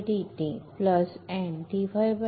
N आहे